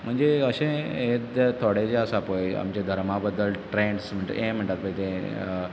म्हणजे अशें हें जें थोडें जें आसा पय आमच्या धर्मा बदल ट्रेंडस हें म्हणटात पय तें